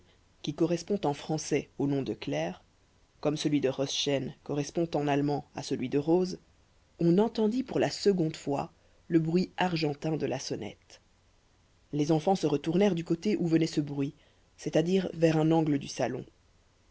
qui correspond en français au nom de claire comme celui de roschen correspond en allemand à celui de rose on entendit pour la seconde fois le bruit argentin de la sonnette les enfants se retournèrent du côté où venait ce bruit c'est-à-dire vers un angle du salon